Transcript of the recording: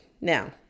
now